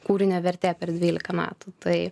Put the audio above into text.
kūrinio vertė per dvylika metų tai